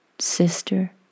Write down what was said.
sister